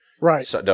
Right